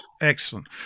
Excellent